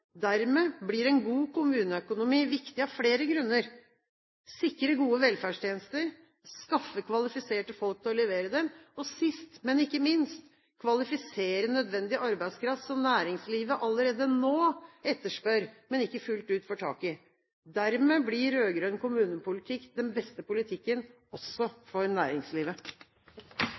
Dermed blir en god kommuneøkonomi viktig av flere grunner – sikre gode velferdstjenester, skaffe kvalifiserte folk til å levere dem, og sist, men ikke minst, kvalifisere nødvendig arbeidskraft som næringslivet allerede nå etterspør, men ikke fullt ut får tak i. Dermed blir rød-grønn kommunepolitikk den beste politikken, også for næringslivet.